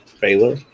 Baylor